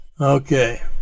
Okay